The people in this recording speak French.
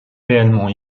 réellement